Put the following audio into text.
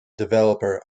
developer